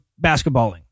basketballing